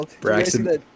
Braxton